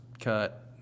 cut